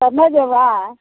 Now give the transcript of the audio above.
तऽ नहि जएबै